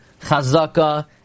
Chazaka